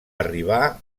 arribar